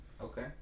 Okay